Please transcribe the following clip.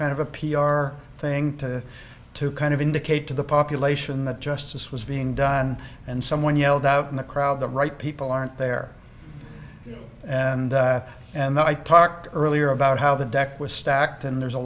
kind of a p r thing to to kind of indicate to the population that justice was being done and someone yelled out in the crowd the right people aren't there and and i talked earlier about how the deck was stacked and there's a